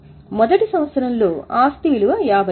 మొదటి సంవత్సరంలో ఆస్తి విలువ రూ